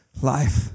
Life